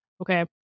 Okay